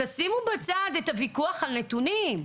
תשימו בצד את הוויכוח על נתונים,